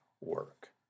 work